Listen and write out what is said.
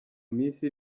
minsi